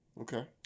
Okay